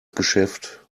geschäft